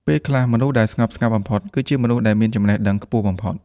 ពេលខ្លះ មនុស្សដែលស្ងប់ស្ងាត់បំផុត គឺជាមនុស្សដែលមានចំណេះដឹងខ្ពស់បំផុត។